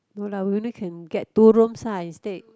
no lah we only can get two rooms uh instead